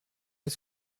est